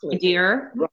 dear